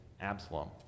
Absalom